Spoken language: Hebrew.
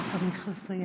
אתה צריך לסיים.